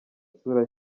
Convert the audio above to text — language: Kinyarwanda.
isura